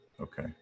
Okay